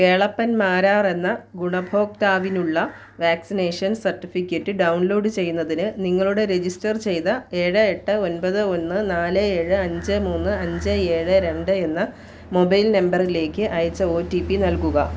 കേളപ്പൻ മാരാറെന്ന ഗുണഭോക്താവിനുള്ള vaccination certificate download ചെയ്യുന്നതിന് നിങ്ങളുടെ രജിസ്റ്റർ ചെയ്ത ഏഴ് എട്ട് ഒൻപത് ഒന്ന് നാല് ഏഴ് അഞ്ച് മൂന്ന് അഞ്ച് ഏഴ് രണ്ട് എന്ന മൊബൈൽ നമ്പറിലേക്ക് അയച്ച ഒ ടി പി നൽകുക